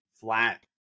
flat